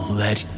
let